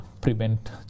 prevent